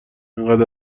انقد